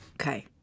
okay